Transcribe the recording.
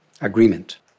agreement